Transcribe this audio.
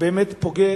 באמת פוגע,